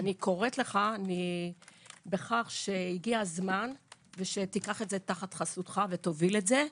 אני קוראת לך שהגיע הזמן שתיקח את זה תחת חסותך ותוביל את זה.